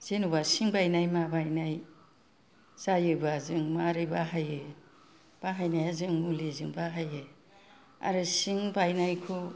जेन'बा सिं बायनाय मा बायनाय जायोबा जों मारै बाहायो बाहायनाया जों मुलिजों बाहायो आरो सिं बायनायखौ